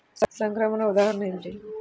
సంక్రమణ ఉదాహరణ ఏమిటి?